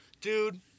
dude